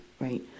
right